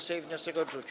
Sejm wniosek odrzucił.